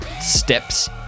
steps